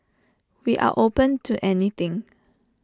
we are open to anything